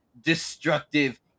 destructive